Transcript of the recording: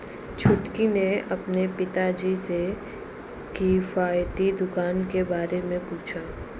छुटकी ने अपने पिताजी से किफायती दुकान के बारे में पूछा